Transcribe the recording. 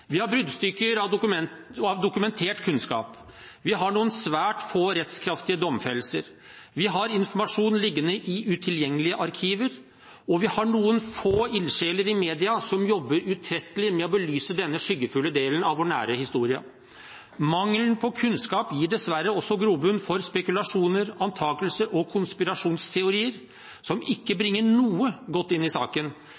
Vi har bruddstykker av dokumentert kunnskap. Vi har noen svært få rettskraftige domfellelser. Vi har informasjon liggende i utilgjengelige arkiver, og vi har noen få ildsjeler i media som jobber utrettelig med å belyse denne skyggefulle delen av vår nære historie. Mangelen på kunnskap gir dessverre også grobunn for spekulasjoner, antakelser og konspirasjonsteorier som